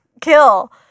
Kill